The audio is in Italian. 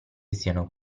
siano